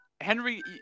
Henry